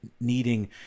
needing